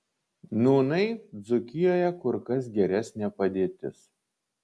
nūnai dzūkijoje kur kas geresnė padėtis